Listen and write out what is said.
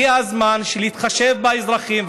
הגיע הזמן להתחשב באזרחים,